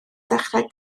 ddechrau